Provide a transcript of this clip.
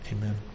Amen